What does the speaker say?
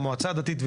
המועצה הדתית,